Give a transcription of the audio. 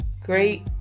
Great